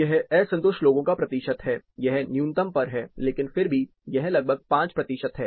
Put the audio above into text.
यह असंतुष्ट लोगों का प्रतिशत है यह न्यूनतम पर है लेकिन फिर भी यह लगभग 5 प्रतिशत है